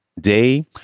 Day